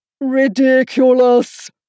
Ridiculous